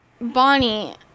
Bonnie